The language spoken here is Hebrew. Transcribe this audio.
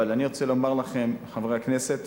אבל אני רוצה לומר לכם, חברי הכנסת